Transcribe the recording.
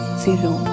zero